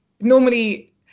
normally